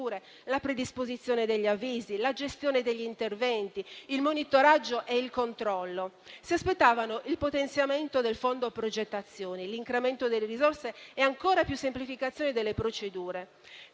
la predisposizione degli avvisi, la gestione degli interventi, il monitoraggio e il controllo. Si aspettavano il potenziamento del Fondo progettazione, l'incremento delle risorse e ancora più semplificazioni nelle procedure.